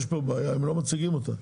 זו בעיה והם לא מציגים אותה.